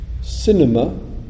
cinema